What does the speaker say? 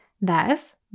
Thus